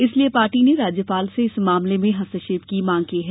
इसलिये पार्टी ने राज्यपाल से इस मामले में हस्तक्षेप की मांग की है